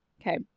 Okay